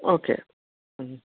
okay ம்